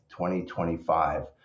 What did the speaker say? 2025